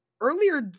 earlier